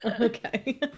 Okay